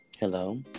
Hello